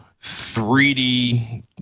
3D